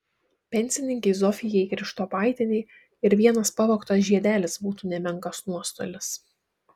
pensininkei zofijai krištopaitienei ir vienas pavogtas žiedelis būtų nemenkas nuostolis